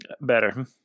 Better